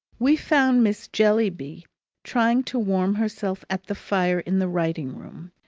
we found miss jellyby trying to warm herself at the fire in the writing-room,